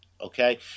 okay